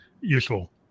useful